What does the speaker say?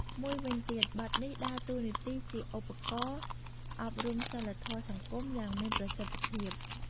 មួយវិញទៀត បទនេះដើរតួនាទីជាឧបករណ៍ អប់រំសីលធម៌សង្គម យ៉ាងមានប្រសិទ្ធភាព។